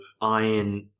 iron